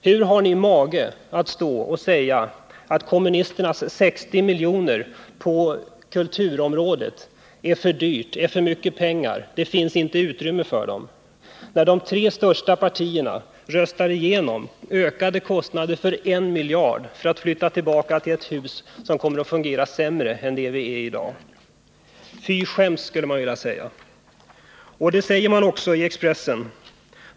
Hur har företrädare för de tre största partierna mage att säga att kommunisternas 60 miljoner på kulturområdet är för mycket pengar, att det inte finns utrymme för dessa satsningar, när de röstar igenom ökade kostnader på 1 miljard för att flytta tillbaka till ett hus som kommer att fungera sämre än det som vi i dag arbetar i? Jag skulle vilja säga: Fy skäms! Och det sägs också i Expressen.